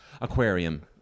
Aquarium